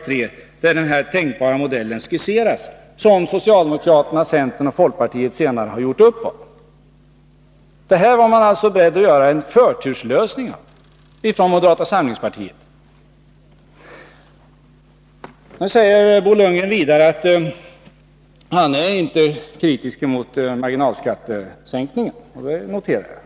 3, där den tänkbara modell som socialdemokraterna, centern och folkpartiet senare gjorde upp om skisserats. Man var alltså beredd att göra en förturslösning från moderata samlingspartiets sida. Bo Lundgren säger vidare att han inte är kritisk mot marginalskattesänkningarna. Jag noterar det.